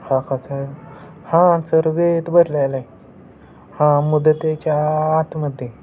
हा कसं हां सर वेळेत भरलेलं आहे हां मुदतीच्या आतमध्ये